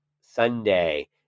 Sunday